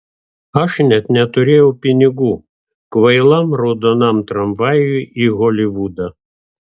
aš net neturėjau pinigų kvailam raudonam tramvajui į holivudą